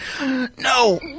No